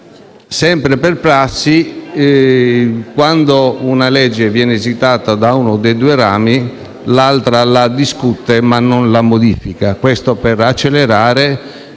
Sempre per prassi, quando un disegno di legge viene esitato da uno dei due rami, l'altro ramo lo discute, ma non lo modifica: questo per accelerare